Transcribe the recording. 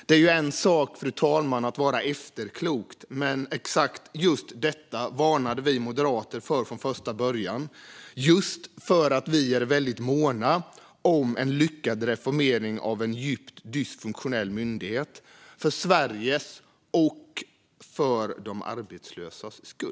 Det är ju en sak att vara efterklok, fru talman, men exakt detta varnade vi moderater för från första början - just för att vi är väldigt måna om en lyckad reformering av en djupt dysfunktionell myndighet, för Sveriges och för de arbetslösas skull.